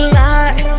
lie